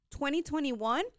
2021